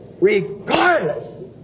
regardless